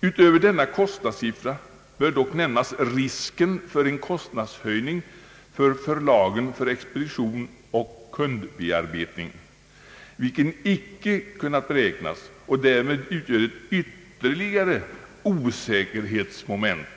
Utöver denna kostnadssiffra bör dock nämnas risken för en kostnadshöjning för förlagen för expedition och kundbearbetning, vilken icke kunnat beräknas och därmed utgör ett ytterligare osäkerhetsmoment.